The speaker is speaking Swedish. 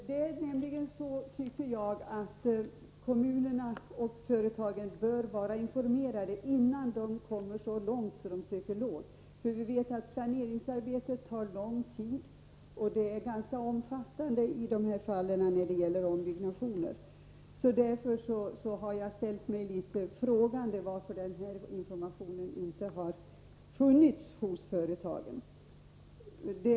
Herr talman! Kommunerna och företagen bör vara informerade, innan de kommer så långt att de söker dessa lån. Vi vet att planeringsarbetet tar lång tid och är ganska omfattande i de fall det gäller ombyggnation. Därför har jag ställt mig frågande till varför denna information inte har funnits hos företagen.